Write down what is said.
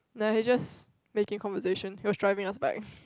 like he just making conversation he was driving us back